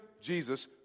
Jesus